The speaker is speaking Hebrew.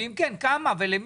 ואם כן, כמה ולמי?